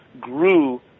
grew